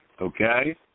Okay